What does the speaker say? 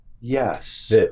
yes